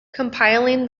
compiling